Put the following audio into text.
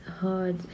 hard